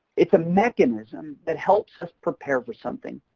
it's a mechanism that helps us prepare for something,